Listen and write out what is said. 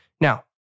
Now